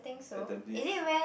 at Tampines